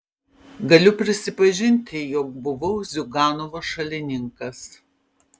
galiu prisipažinti jog buvau ziuganovo šalininkas